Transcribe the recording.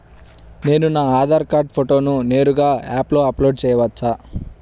నేను నా ఆధార్ కార్డ్ ఫోటోను నేరుగా యాప్లో అప్లోడ్ చేయవచ్చా?